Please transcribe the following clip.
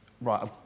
right